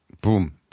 boom